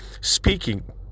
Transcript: speaking